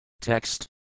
Text